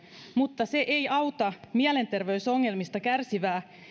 mutta se ei auta mielenterveysongelmista kärsivää